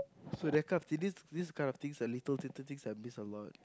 so that kind of thing this this kind of thing the little little things I miss a lot